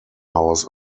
house